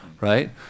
Right